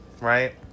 right